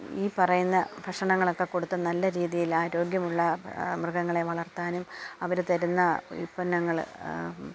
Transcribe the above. ഈ പറയുന്ന ഭക്ഷണങ്ങളൊക്ക കൊടുത്ത് നല്ല രീതിയിലാരോഗ്യമുള്ള മൃഗങ്ങളെ വളർത്താനും അവര് തരുന്ന ഉല്പന്നങ്ങള്